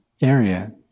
area